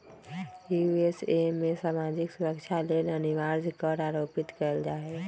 USA में सामाजिक सुरक्षा लेल अनिवार्ज कर आरोपित कएल जा हइ